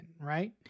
right